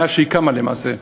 מאז קמה, למעשה,